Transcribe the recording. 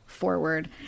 forward